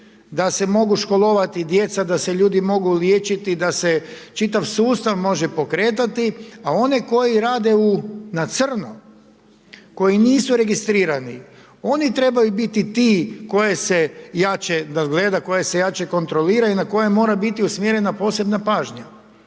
da se mogu školovati djeca, da se ljudi mogu liječiti, da se čitav sustav može pokretati. A one koji rade na crno, koji nisu registrirani, oni trebaju biti ti koje se jače nadgleda, koje se jače kontrolira, i na koje mora biti usmjerena posebna pažnja,